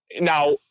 Now